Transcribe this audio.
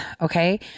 okay